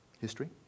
history